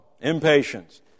Impatience